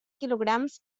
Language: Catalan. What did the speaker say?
quilograms